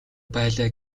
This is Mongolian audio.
байлаа